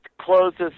closes